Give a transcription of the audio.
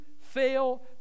fail